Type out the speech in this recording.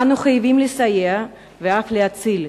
אנו חייבים לסייע ואף להציל,